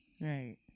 Right